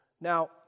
Now